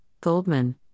Goldman